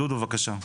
דודו, בבקשה.